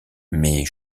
mais